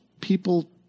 people